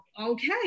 okay